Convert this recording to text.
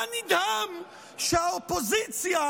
אתה נדהם שהאופוזיציה